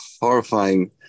horrifying